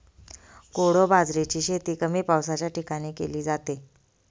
कोडो बाजरीची शेती कमी पावसाच्या ठिकाणी केली जाते